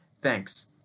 Thanks